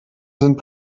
sind